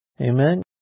Amen